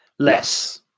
Less